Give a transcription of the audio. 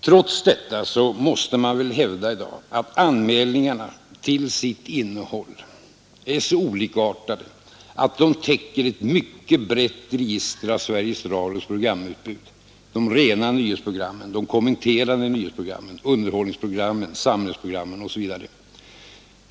Trots detta måste man i dag hävda att anmälningarna till sitt innehåll är så olikartade att de täcker ett mycket brett register av Sveriges Radios programutbud, de rena nyhetsprogrammen, de kommenterande nyhetsprogrammen, underhållningsprogrammen, samhällsprogrammen osv.